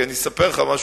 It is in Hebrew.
כי אני אספר לך משהו,